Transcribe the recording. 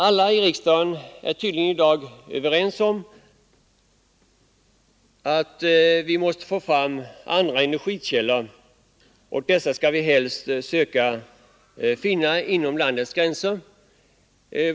Alla i riksdagen är tydligen i dag överens om att vi måste få fram andra energikällor, och dessa skall vi helst söka finna inom landets gränser.